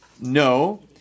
no